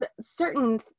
certain